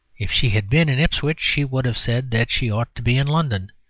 if she had been in ipswich she would have said that she ought to be in london.